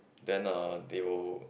then uh they will